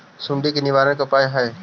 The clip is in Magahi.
सुंडी के निवारक उपाय का हई?